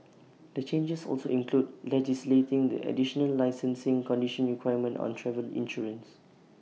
the changes also include legislating the additional licensing condition requirement on travel insurance